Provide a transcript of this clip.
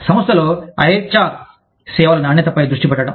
సంస్థలో IHR సేవల నాణ్యతపై దృష్టి పెట్టడం